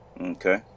okay